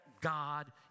God